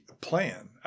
plan